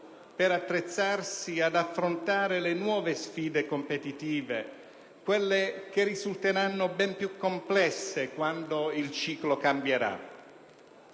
per attrezzarsi ad affrontare le nuove sfide competitive, quelle che risulteranno ben più complesse quando il ciclo cambierà.